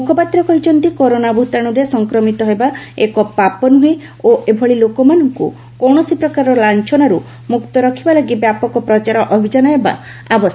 ମୁଖପାତ୍ର କହିଛନ୍ତି କରୋନା ଭୂତାଣୁରେ ସଂକ୍ରମିତ ହେବା ଏକ ପାପ ନୁହେଁ ଓ ଏଭଳି ଲୋକମାନଙ୍କୁ କୌଣସି ପ୍ରକାର ଲାଞ୍ଚନାରୁ ମୁକ୍ତ ରଖିବା ଲାଗି ବ୍ୟାପକ ପ୍ରଚାର ଅଭିଯାନ ହେବା ଉଚିତ